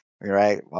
right